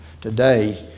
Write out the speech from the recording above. today